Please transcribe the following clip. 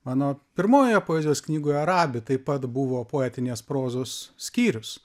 mano pirmojoje poezijos knygoje arabi taip pat buvo poetinės prozos skyrius